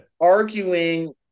Arguing